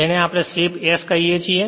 તેથી જ આપણે સ્લિપ s કહીએ છીએ